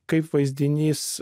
kaip vaizdinys